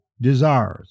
desires